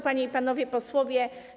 Panie i Panowie Posłowie!